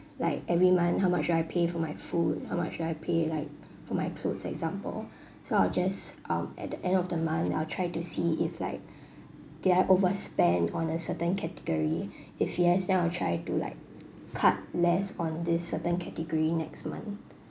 like every month how much do I pay for my food how much do I pay like for my clothes example so I'll just um at the end of the month I'll try to see if like did I overspend on a certain category if it has then I'll try to like cut less on this certain category next month